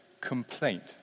complaint